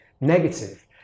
negative